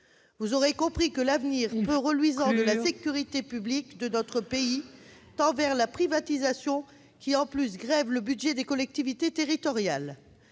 de travailler. Oui, l'avenir peu reluisant de la sécurité publique de notre pays tend vers la privatisation, laquelle grève le budget des collectivités territoriales.